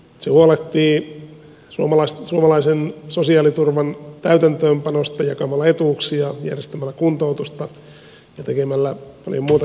se huolehtii suomalaisen sosiaaliturvan täytäntöönpanosta jakamalla etuuksia järjestämällä kuntoutusta ja tekemällä paljon muutakin tärkeää